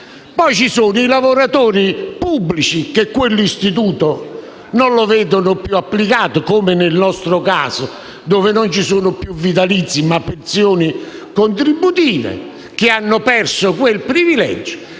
poi ci sono i lavoratori pubblici che quell'istituto non lo vedono più applicato (come nel nostro caso, dove non ci sono più vitalizi, ma pensioni contributive) e che quindi hanno perso quel privilegio;